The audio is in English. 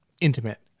intimate